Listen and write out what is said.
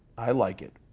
i like it.